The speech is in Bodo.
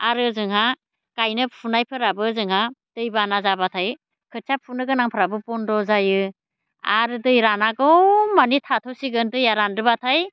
आरो ओजोंहा गायनाय फुनायफोराबो जोंहा दैबाना जाबाथाय खोथिया फुनो गोनांफ्राबो बन्द' जायो आरो दै रानागौमानि थाथ'सिगोन दैया रानदोंबाथाय